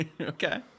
Okay